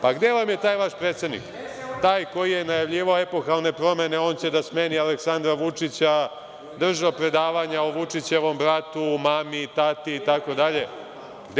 Pa, gde vam je taj vaš predsednik, taj koji je najavljivao epohalne promene, on će da smeni Aleksandra Vučića, držao predavanja o Vučićevom bratu, o mami, tati i tako dalje.